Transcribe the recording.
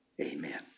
Amen